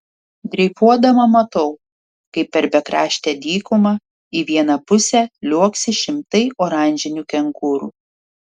dreifuodama matau kaip per bekraštę dykumą į vieną pusę liuoksi šimtai oranžinių kengūrų